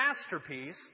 masterpiece